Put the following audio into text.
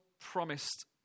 promised